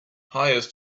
hires